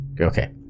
Okay